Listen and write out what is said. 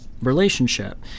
relationship